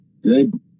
good